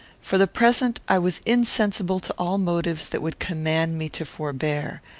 for the present i was insensible to all motives that would command me to forbear.